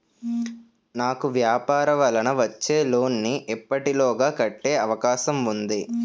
నాకు వ్యాపార వల్ల వచ్చిన లోన్ నీ ఎప్పటిలోగా కట్టే అవకాశం ఉంది?